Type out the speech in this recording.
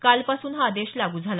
कालपासून हा आदेश लागू झाला